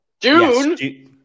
June